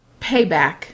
payback